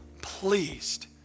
pleased